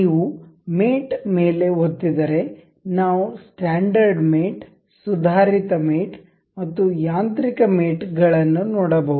ನೀವು ಮೇಟ್ ಮೇಲೆ ಒತ್ತಿದರೆ ನಾವು ಸ್ಟ್ಯಾಂಡರ್ಡ್ ಮೇಟ್ ಸುಧಾರಿತ ಮೇಟ್ ಮತ್ತು ಯಾಂತ್ರಿಕ ಮೇಟ್ ಗಳನ್ನು ನೋಡಬಹುದು